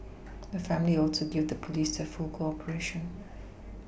the family also gave the police their full cooperation